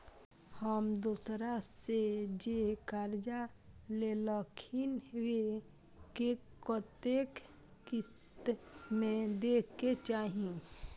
हम दोसरा से जे कर्जा लेलखिन वे के कतेक किस्त में दे के चाही?